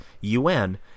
UN